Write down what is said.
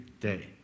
day